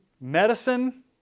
medicine